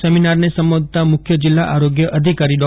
સેમિનારને સંબોધતાં મુખ્ય જિલ્લા આરોગ્ય અધિકારી ડો